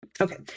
Okay